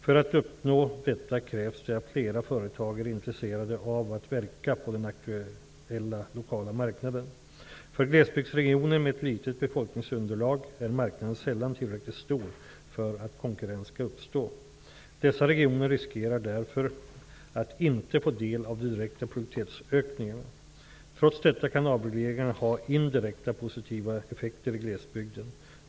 För att uppnå detta krävs det att flera företag är intresserade av att verka på den aktuella lokala marknaden. För glesbygdsregioner med ett litet befolkningsunderlag är marknaden sällan tillräckligt stor för att konkurrens skall uppstå. Dessa regioner riskerar därför att inte få del av de direkta produktivitetsökningarna. Trots detta kan avregleringarna ha indirekta positiva effekter i glesbygden.